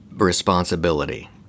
responsibility